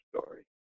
story